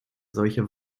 solche